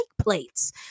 plates